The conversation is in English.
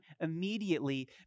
immediately